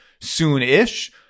soon-ish